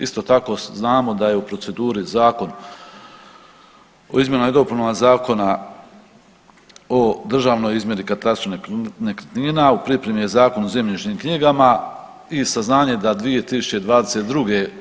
Isto tako znamo da je u proceduri zakon o izmjenama i dopunama Zakona o državnoj izmjeri i katastru nekretnina u pripremi je Zakon o zemljišnim knjigama i saznanje da 2022.